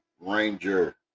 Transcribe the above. Ranger